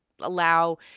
allow